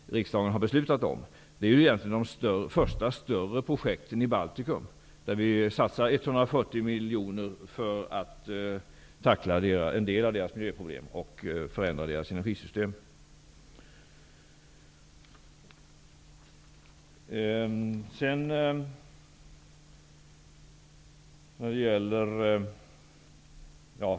Riksdagen har ju fattat beslut om den. Den gäller ju egentligen de första större projekten i de baltiska länderna. Vi satsar 140 miljoner för att tackla en del av deras miljöproblem och förändra deras energisystem.